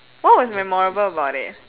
what was memorable about it